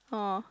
oh